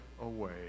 away